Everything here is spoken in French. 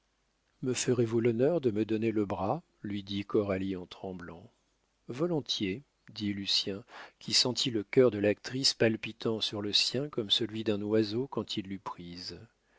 me ferez-vous l'honneur de me donner le bras lui dit coralie en tremblant volontiers dit lucien qui sentit le cœur de l'actrice palpitant sur le sien comme celui d'un oiseau quand il l'eut prise